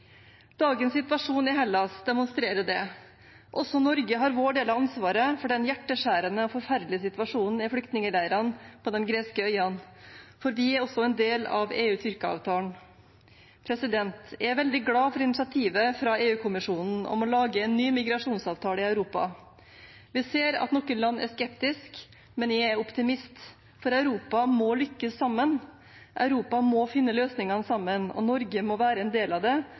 Dagens situasjon i Hellas demonstrerer det. Også vi i Norge har vår del av ansvaret for den hjerteskjærende og forferdelige situasjonen i flyktningleirene på de greske øyene, for vi er også en del av EU–Tyrkia-avtalen. Jeg er veldig glad for initiativet fra EU-kommisjonen om å lage en ny migrasjonsavtale i Europa. Vi ser at noen land er skeptiske, men jeg er optimist, for Europa må lykkes sammen. Europa må finne løsningen sammen, og Norge må være en del av det